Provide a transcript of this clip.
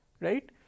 right